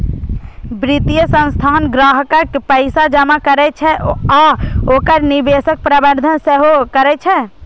वित्तीय संस्थान ग्राहकक पैसा जमा करै छै आ ओकर निवेशक प्रबंधन सेहो करै छै